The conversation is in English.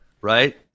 right